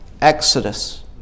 Exodus